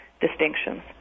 distinctions